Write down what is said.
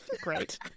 Great